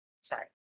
Sorry